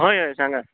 हय हय सांगात